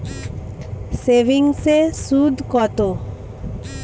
সেভিংসে সুদ কত?